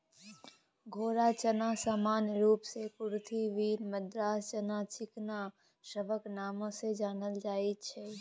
घोड़ा चना सामान्य रूप सँ कुरथी, बीन, मद्रास चना, चिकना सबक नाओ सँ जानल जाइत छै